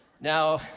Now